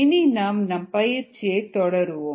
இனி நாம் நம் பயிற்சியை தொடருவோம்